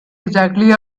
exactly